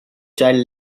child